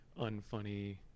unfunny